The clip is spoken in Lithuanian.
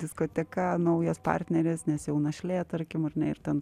diskoteka naujas partneris nes jau našlė tarkim ar ne ir ten